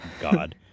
God